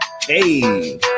hey